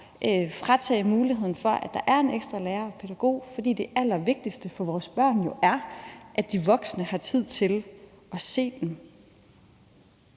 fratage muligheden for, at der er en ekstra lærer og pædagog, for det allervigtigste for vores børn er jo, at de voksne har tid til at se dem.